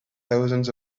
thousands